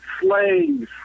slaves